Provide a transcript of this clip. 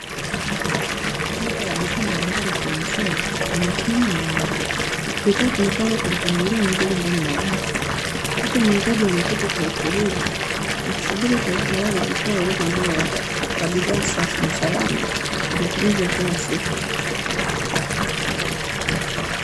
Duka la bidhaa mbalimbali za maziwa limesimama imara. Bidhaa zimepangwa kwa mpangilio mzuri ndani ya rafu huku muuzaji ameketi kwa utulivu, akisubiri kwa utayari kutoa huduma bora kwa bidhaa safi na salama kwa matumizi ya kila siku.